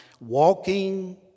Walking